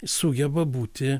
sugeba būti